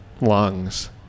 lungs